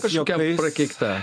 kažkokia prakeikta